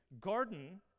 garden